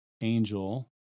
angel